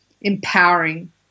empowering